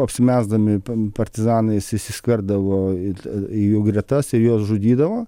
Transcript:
apsimesdami partizanais įsiskverbdavo į į jų gretas ir juos žudydavo